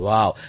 Wow